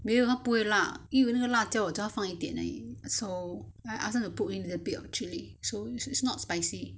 不会辣因为那个辣椒我叫他放一点而已 so I ask them to put in a little bit of chili so it's not spicy